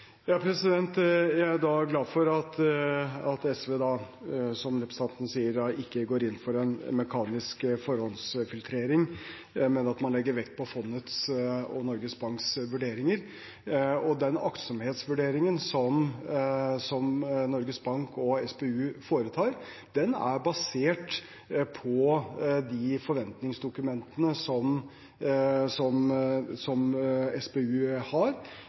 Jeg er glad for at SV, som representanten sier, ikke går inn for en mekanisk forhåndsfiltrering, men at man legger vekt på fondets og Norges Banks vurderinger. Den aktsomhetsvurderingen som Norges Bank og SPU foretar, er basert på de forventningsdokumentene som SPU har, og som